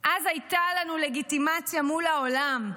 אז הייתה לנו לגיטימציה מול העולם.